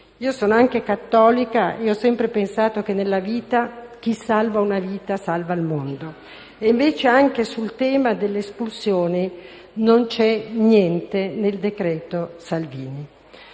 Io sono anche cattolica e ho sempre pensato che chi salva una vita salva il mondo e invece anche sul tema delle espulsioni non c'è niente nel decreto Salvini.